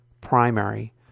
primary